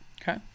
Okay